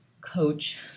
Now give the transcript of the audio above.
coach